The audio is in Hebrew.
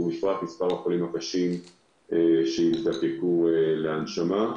ובפרט מספר החולים הקשים שיזדקקו להנשמה,